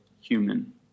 human